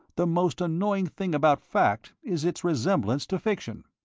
the most annoying thing about fact is its resemblance to fiction.